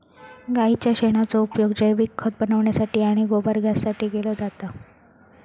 गाईच्या शेणाचो उपयोग जैविक खत बनवण्यासाठी आणि गोबर गॅससाठी केलो जाता